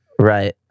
Right